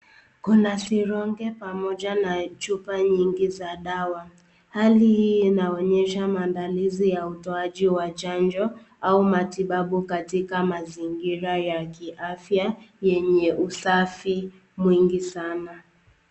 Kuna sironge pamoja na chupa nyingi za dawa. hali hii inaonyesha maandalizi ya utaoji wa chanjo au matibabu katika mazingira ya kiafya yenye usafi mwingi sana.